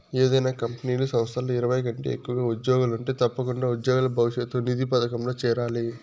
ఏదైనా కంపెనీలు, సంస్థల్ల ఇరవై కంటే ఎక్కువగా ఉజ్జోగులుంటే తప్పకుండా ఉజ్జోగుల భవిష్యతు నిధి పదకంల చేరాలి